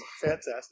Fantastic